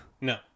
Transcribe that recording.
No